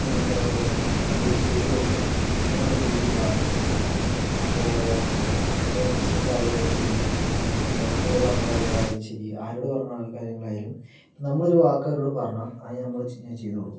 എന്താ പറയുക അത് ചെയ്ത് കൊടുക്കണം അങ്ങനെ ഉള്ള രീതിയിലുള്ള ആളാണ് ഞാൻ അപ്പോൾ അതിപ്പോൾ ബിസിനസ്സ് ആയാലും ശരി ഫ്രണ്ടിനോട് പറഞ്ഞ കാര്യങ്ങൾ ആയാലും ശരി ആരോട് പറഞ്ഞ കാര്യങ്ങൾ ആയാലും ഇപ്പോൾ നമ്മൾ ഒരു വാക്ക് അവരോട് പറഞ്ഞ അത് നമ്മള് ഞാൻ ചെയ്ത് കൊടുക്കും